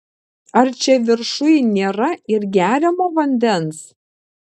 ar čia viršuj nėra ir geriamo vandens